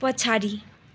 पछाडि